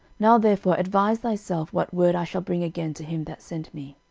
now therefore advise thyself what word i shall bring again to him that sent me.